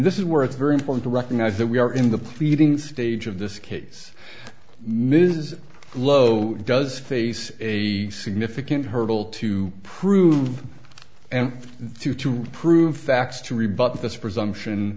this is where it's very important to recognize that we are in the pleading stage of this case ms lo does face a significant hurdle to prove and to prove facts to rebut this presumption